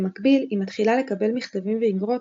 במקביל היא מתחילה לקבל מכתבים ואיגרות